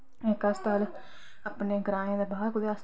इक हस्पताल अपने ग्राएं दे बाह्र कुतै हस्पताल